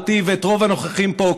אותי ואת רוב הנוכחים פה,